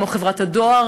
כמו חברת הדואר,